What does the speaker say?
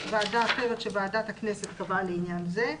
ועדה אחרת שוועדת הכנסת קבעה לעניין זה,